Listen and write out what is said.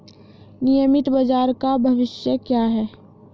नियमित बाजार का भविष्य क्या है?